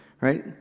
Right